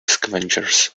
scavengers